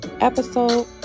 episode